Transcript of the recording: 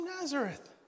Nazareth